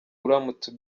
uramutse